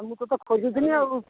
ଆଉ ମୁଁ ତତେ ଖୋଜୁଥିଲି ଆଉ